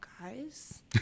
guys